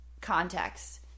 context